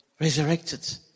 resurrected